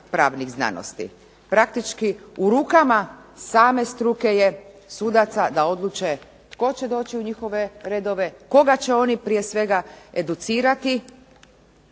pravnih znanosti. Praktički u rukama same struke je sudaca da odluče tko će doći u njihove redove, koga će oni prije svega educirati,